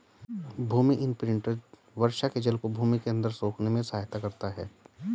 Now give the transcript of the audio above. भूमि imprinter वर्षा के जल को भूमि के अंदर सोखने में सहायता करता है